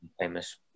famous